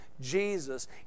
Jesus